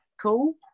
cool